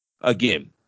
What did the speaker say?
Again